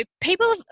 people